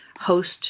host